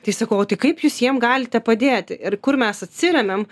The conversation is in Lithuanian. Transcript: tai sakau o tai kaip jūs jiem galite padėti ir kur mes atsiremiam